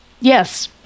Yes